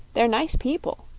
they're nice people,